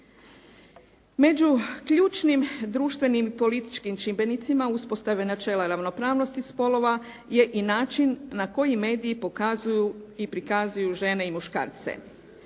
Među ključnim društvenim i političkim čimbenicima uspostave načela ravnopravnosti spolova je i način na koji medij pokazuju i prikazuju žene i muškarce,